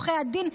עורכי הדין,